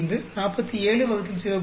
5 47 0